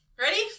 ready